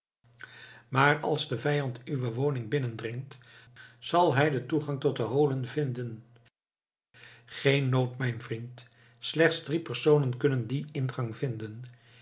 maar als de vijand uwe woning binnendringt zal hij den toegang tot de holen vinden geen nood mijn vriend slechts drie personen kunnen dien ingang vinden